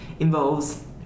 involves